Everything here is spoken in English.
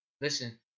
Listen